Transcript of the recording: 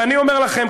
ואני אומר לכם,